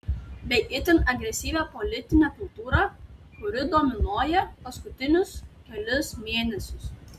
bei itin agresyvia politine kultūra kuri dominuoja paskutinius kelis mėnesius